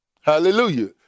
hallelujah